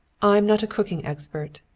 i'm not a cooking expert.